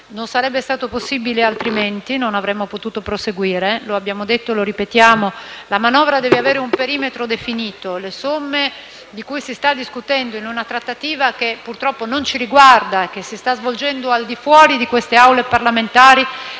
Non sarebbe stato possibile fare altrimenti; non avremmo potuto proseguire. Lo abbiamo detto e lo ripetiamo: la manovra deve avere un perimetro definito, le somme di cui si sta discutendo, in una trattativa che purtroppo non ci riguarda e che si sta svolgendo al di fuori di queste Aule parlamentari,